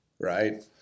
right